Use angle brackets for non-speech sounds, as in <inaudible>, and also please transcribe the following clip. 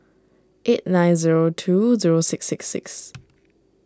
eight nine zero two zero six six six <noise>